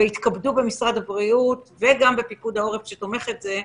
יתכבדו במשרד הבריאות ובפיקוד העורף שתומך את זה,